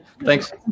thanks